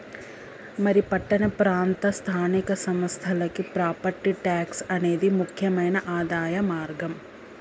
మరి పట్టణ ప్రాంత స్థానిక సంస్థలకి ప్రాపట్టి ట్యాక్స్ అనేది ముక్యమైన ఆదాయ మార్గం